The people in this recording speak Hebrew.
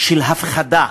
של הפחדה,